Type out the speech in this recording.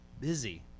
busy